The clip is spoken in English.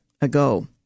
ago